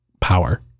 power